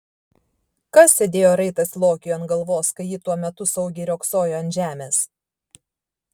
kas sėdėjo raitas lokiui ant galvos kai ji tuo metu saugiai riogsojo ant žemės